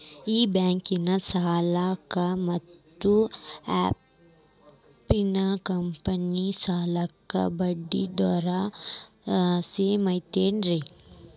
ಈ ಬ್ಯಾಂಕಿನ ಸಾಲಕ್ಕ ಮತ್ತ ಫೈನಾನ್ಸ್ ಕಂಪನಿ ಸಾಲಕ್ಕ ಬಡ್ಡಿ ದರ ಸೇಮ್ ಐತೇನ್ರೇ?